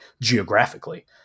geographically